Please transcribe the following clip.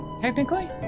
technically